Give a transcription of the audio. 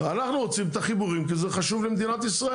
אנחנו רוצים את החיבורים כי זה חשוב למדינת ישראל.